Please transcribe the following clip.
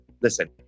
listen